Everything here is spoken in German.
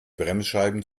bremsscheiben